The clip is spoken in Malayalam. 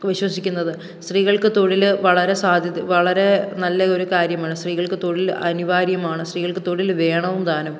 വിശ്വസിക്കുന്നത് സ്രീകൾക്ക് തൊഴിൽ വളരെ സാധ്യത വളരെ നല്ല ഒരു കാര്യമാണ് സ്രീകൾക്ക് തൊഴിൽ അനിവാര്യമാണ് സ്ത്രീകൾക്ക് തൊഴിൽ വേണവും താനും